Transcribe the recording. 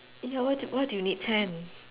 why why do you need ten